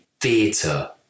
theatre